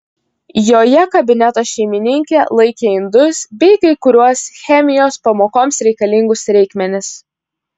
joje kabineto šeimininkė laikė indus bei kai kuriuos chemijos pamokoms reikalingus reikmenis